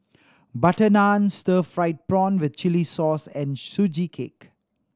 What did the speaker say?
butter naan stir fried prawn with chili sauce and Sugee Cake